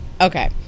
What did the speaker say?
okay